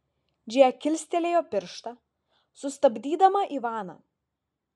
džėja kilstelėjo pirštą sustabdydama ivaną